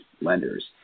lenders